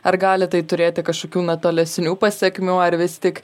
ar gali tai turėti kažkokių na tolesnių pasekmių ar vis tik